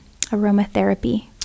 aromatherapy